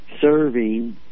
serving